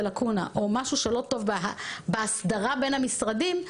לקונה או משהו שלא טוב בהסדרה בין המשרדים,